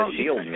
shield